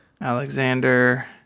Alexander